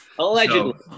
Allegedly